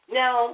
now